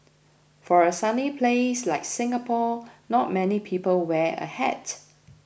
for a sunny place like Singapore not many people wear a hat